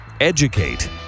Educate